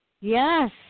Yes